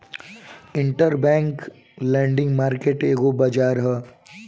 interbank lending market एगो बाजार ह